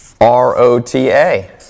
R-O-T-A